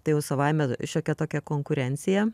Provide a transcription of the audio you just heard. tai jau savaime šiokia tokia konkurencija